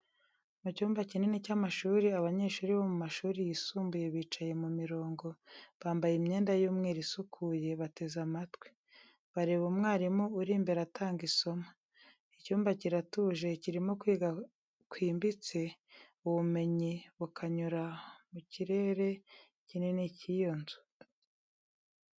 Mu cyumba kinini cy’amashuri, abanyeshuri bo mu mashuri yisumbuye bicaye mu mirongo, bambaye imyenda y’umweru isukuye, bateze amatwi. Bareba umwarimu uri imbere atanga isomo. Icyumba kiratuje, kirimo kwiga kwimbitse, ubumenyi bukanyura mu kirere kinini cy’iyo nzu.